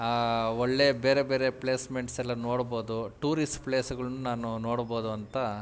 ಆ ಒಳ್ಳೆ ಬೇರೆ ಬೇರೆ ಪ್ಲೇಸ್ಮೆಂಟ್ಸ್ ಎಲ್ಲ ನೋಡ್ಬೋದು ಟೂರಿಸ್ ಪ್ಲೇಸುಗಳ್ನೂ ನಾನು ನೋಡ್ಬೋದು ಅಂತ